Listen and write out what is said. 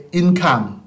income